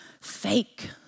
fake